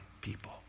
people